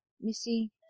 Missy